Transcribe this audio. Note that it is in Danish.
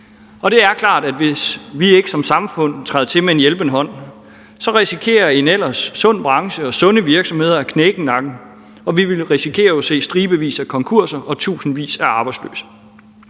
Det er klart, at hvis vi ikke som samfund træder til med en hjælpende hånd, risikerer en ellers sund branche og sunde virksomheder at knække nakken, og vi ville risikere at se i stribevis af konkurser og tusindvis af arbejdsløse.